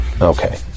Okay